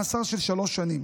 מאסר שלוש שנים".